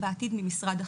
בעתיד ממשרד החינוך.